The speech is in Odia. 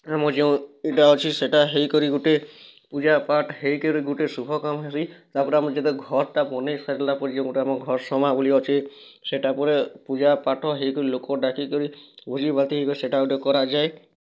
ଆମ ଯୋଉ ଇ'ଟା ଅଛି ସେଟା ହେଇକରି ଗୁଟେ ପୂଜା ପାଠ୍ ହେଇକିରି ଗୁଟେ ଶୁଭ କାମ ବି ତା'ର୍ପରେ ଆମର୍ ଯେବେ ଘର୍ ଟା ବନେଇ ସାରିଲା ପରେ ଯେଉଁଟା ଆମର୍ ଘର୍ ସମା ବୋଲି ଅଛେ ସେଟା ପରେ ପୂଜା ପାଠ୍ ହେଇକରି ଲୋକ ଡ଼ାକିକରି ଭୋଜି ଭାତ ହେଇକରି ସେଟା ଗୁଟେ କରାଯାଏ